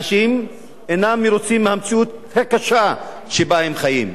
אנשים אינם מרוצים מהמציאות הקשה שבה הם חיים.